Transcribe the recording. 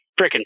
freaking